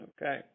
Okay